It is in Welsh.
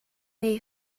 neu